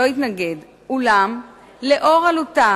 הוא לא התנגד, אולם לאור עלותה